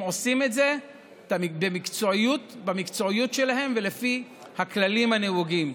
הם עושים את זה במקצועיות שלהם ולפי הכללים הנהוגים.